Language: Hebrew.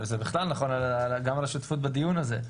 זה בכלל נכון, גם לגבי השותפות בדיון הזה.